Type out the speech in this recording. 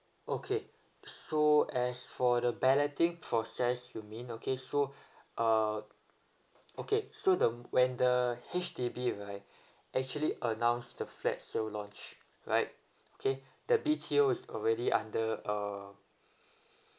okay so as for the balloting process you mean okay so uh okay so the when the H_D_B right actually announce the flat sale launch right okay the B_T_O is already under uh